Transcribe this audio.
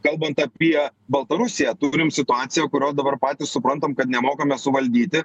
kalbant apie baltarusiją turim situaciją kurios dabar patys suprantam kad nemokame suvaldyti